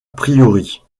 priori